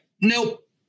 nope